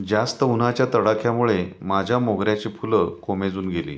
जास्त उन्हाच्या तडाख्यामुळे माझ्या मोगऱ्याची फुलं कोमेजून गेली